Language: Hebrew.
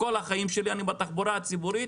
כל החיים שלי אני בתחבורה הציבורית